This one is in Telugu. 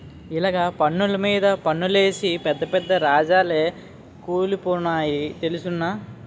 ఇలగ పన్నులు మీద పన్నులేసి పెద్ద పెద్ద రాజాలే కూలిపోనాయి తెలుసునా